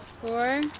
Four